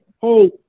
Hey